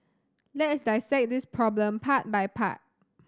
let us dissect this problem part by part